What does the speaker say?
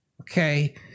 Okay